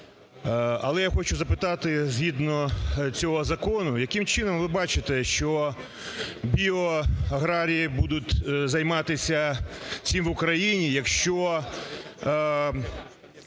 Але я хочу запитати, згідно цього закону, яким чином ви бачите, що біоаграрії будуть займатися цим в Україні, якщо